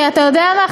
אתה יודע מה,